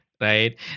right